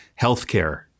healthcare